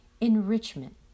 Enrichment